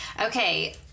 Okay